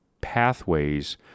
pathways